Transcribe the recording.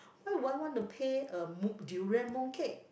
why would I want to pay a mo~ durian mooncake